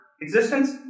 existence